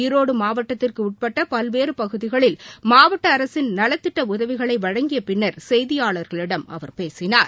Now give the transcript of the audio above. ஈரோடு மாவட்டத்திற்கு உட்பட்ட பல்வேறு பகுதிகளில் மாவட்ட அரசின் நலத்திட்ட உதவிகளை வழங்கிய பின்னர் செய்தியாளர்களிடம் அவர் பேசினார்